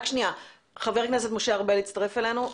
חבר הכנסת משה ארבל הצטרף אלינו,